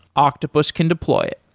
octopus can deploy it.